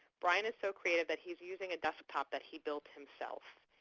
brian is so creative that he is using a desktop that he built himself.